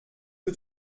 que